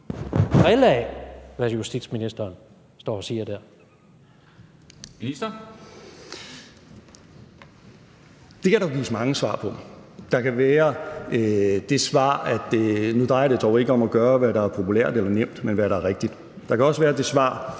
Det kan der gives mange svar på. Der kan være det svar, at det nu ikke drejer sig om at gøre, hvad der er populært eller nemt, men hvad der er rigtigt. Der kan også være det svar,